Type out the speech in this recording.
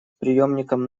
преемником